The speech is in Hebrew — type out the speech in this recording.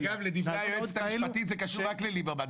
לדברי היועצת המשפטית זה קשור רק לליברמן,